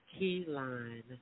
Keyline